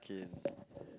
okay